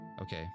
Okay